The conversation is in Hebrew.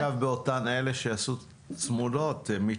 החשב ברשות שלקחה הלוואה צמודת מדד